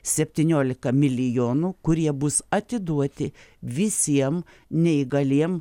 septyniolika milijonų kurie bus atiduoti visiem neįgaliem